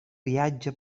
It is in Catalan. viatge